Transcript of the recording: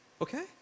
okay